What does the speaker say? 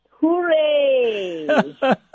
hooray